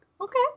okay